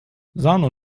sahne